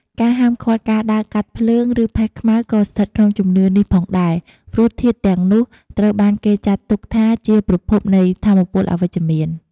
ការហាមឃាត់ការដើរកាត់ភ្លើង ឬផេះខ្មៅក៏ស្ថិតក្នុងជំនឿនេះផងដែរ ព្រោះធាតុទាំងនោះត្រូវបានគេចាត់ទុកថាជាប្រភពនៃថាមពលអវិជ្ជមាន។